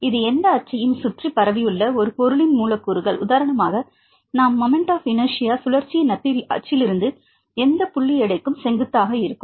இது எந்த அச்சையும் சுற்றி பரவியுள்ள ஒரு பொருளின் மூலக்கூறுகள உதாரணமாக நாம் மொமெண்ட் ஆப் இனர்சியா சுழற்சியின் அச்சிலிருந்து எந்த புள்ளி எடைக்கும் செங்குத்தாக இருக்கும்